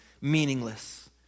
meaningless